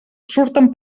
surten